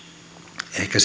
ehkä